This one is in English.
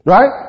Right